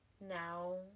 now